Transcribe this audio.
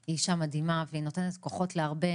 היא אישה מדהימה והיא נותנת כוחות להרבה